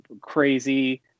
crazy